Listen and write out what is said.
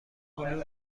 هلو